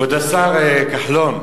כבוד השר כחלון,